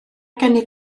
gennyf